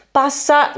passa